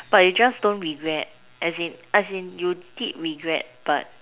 but you just don't regret as in as in you did regret but